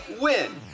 win